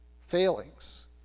Failings